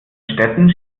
städten